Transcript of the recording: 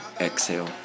exhale